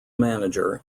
manager